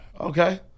okay